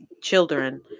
children